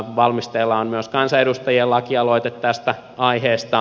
valmisteilla on myös kansanedustajien lakialoite tästä aiheesta